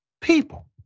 people